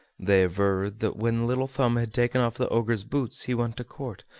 they aver that when little thumb had taken off the ogre's boots he went to court,